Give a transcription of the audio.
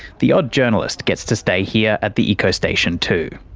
the odd journalist gets to stay here at the eco-station too.